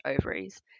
ovaries